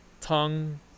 tongue